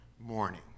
morning